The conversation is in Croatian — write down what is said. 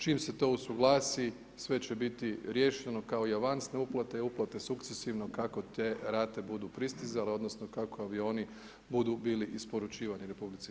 Čim se to usuglasi, sve će biti riješeno, kao i avanse uplate i uplate, sukcesivno, kako te rate budu pristizale, odnosno kako avioni budu bili isporučivani RH.